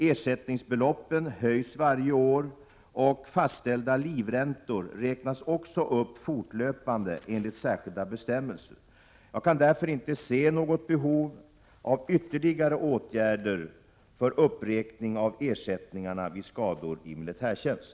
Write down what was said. Ersättningsbeloppen höjs varje år, och fastställda livräntor ser räknas också upp fortlöpande enligt särskilda bestämmelser. Jag kan därför inte se något behov av ytterligare åtgärder för uppräkning av ersättningarna vid skador i militärtjänst.